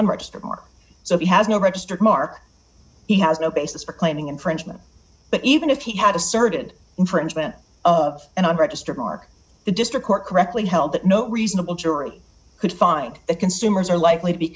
unregistered more so he has no registered mark he has no basis for claiming infringement but even if he had asserted infringement of and unregistered mark the district court correctly held that no reasonable jury could find that consumers are likely